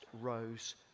rose